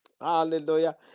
Hallelujah